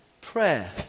Prayer